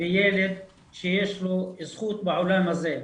וילד שיש לו זכות בעולם הזה.